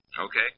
Okay